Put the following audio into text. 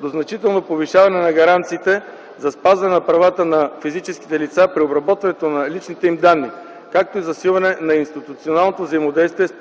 до значително повишаване на гаранциите за спазване правата на физическите лица при обработването на личните им данни, както и засилване на институционалното взаимодействие с